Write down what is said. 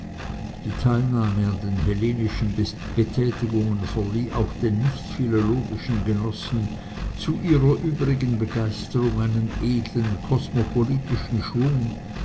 die teilnahme an den hellenischen betätigungen verlieh auch den nicht philologischen genossen zu ihrer übrigen begeisterung einen edlen kosmopolitischen schwung